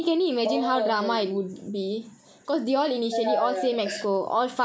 oh okay okay ya ya